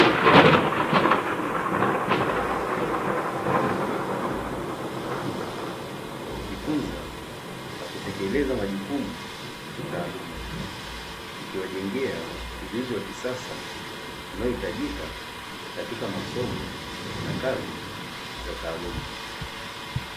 Wanafunzi wa vyuo wanatumia kompyuta kwa makini, wakijifunza na kutekeleza majukumu ya kitaaluma, ikiwajengea ujuzi wa kisasa unaohitajika katika masomo na kazi za taaluma.